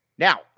Now